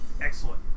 Excellent